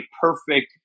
perfect